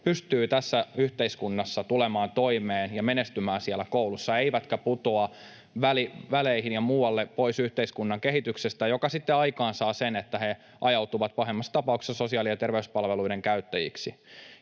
pystyvät tässä yhteiskunnassa tulemaan toimeen ja menestymään siellä koulussa eivätkä putoa väleihin ja muualle pois yhteiskunnan kehityksestä, mikä sitten aikaansaa sen, että he ajautuvat pahimmassa tapauksessa sosiaali- ja terveyspalveluiden käyttäjiksi.